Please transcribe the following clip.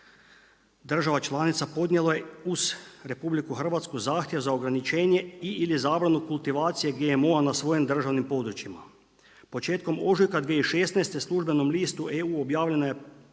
država članica podnijelo uz RH zahtjev za ograničenje ili zabranu kultivacije GMO-a na svojim državnim područjima. Početkom ožujka 2016. službenom listu EU objavljena je